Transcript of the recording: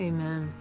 Amen